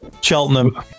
Cheltenham